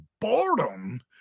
boredom